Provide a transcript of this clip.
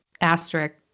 Asterisk